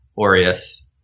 aureus